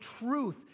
truth